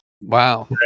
wow